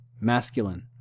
masculine